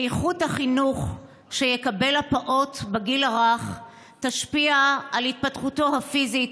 איכות החינוך שיקבל הפעוט בגיל הרך תשפיע על התפתחותו הפיזית,